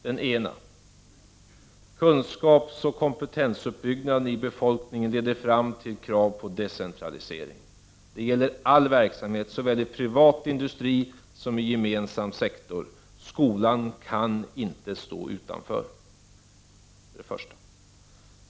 Den ena är: Kunskapsoch kompetensuppbyggnaden i befolkningen leder fram till krav på decentralisering. Det gäller all verksamhet såväl i privat industri som i gemensam sektor. Skolan kan inte stå utanför.